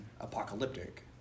apocalyptic